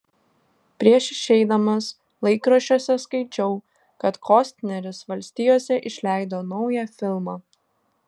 prieš išeidamas laikraščiuose skaičiau kad kostneris valstijose išleido naują filmą